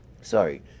sorry